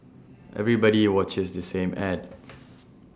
everybody watches the same Ad